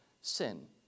sin